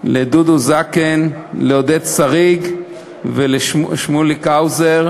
לדודו זקן, לעודד שריג ולשמוליק האוזר,